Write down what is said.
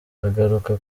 agaruka